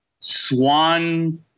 swan